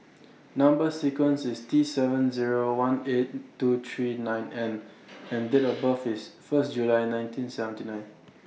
Number sequence IS T seven Zero one eight two three nine N and Date of birth IS First July nineteen seventy nine